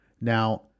Now